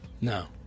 No